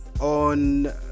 on